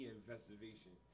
investigation